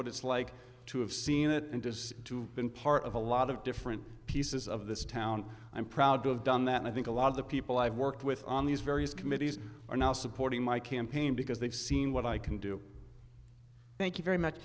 what it's like to have seen it and just to been part of a lot of different pieces of this town i'm proud to have done that and i think a lot of the people i've worked with on these various committees are now supporting my campaign because they've seen what i can do thank you very much